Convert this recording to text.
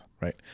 right